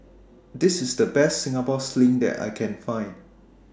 This IS The Best Singapore Sling that I Can Find